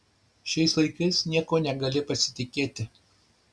šiais laikais niekuo negali pasitikėti